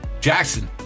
Jackson